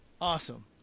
awesome